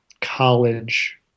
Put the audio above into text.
college